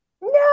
No